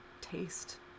taste